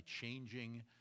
changing